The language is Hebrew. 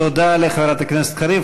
תודה לחברת הכנסת קריב.